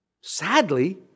Sadly